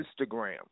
Instagram